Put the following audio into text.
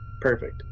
Perfect